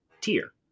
tier